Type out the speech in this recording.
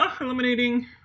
eliminating